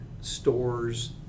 stores